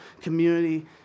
community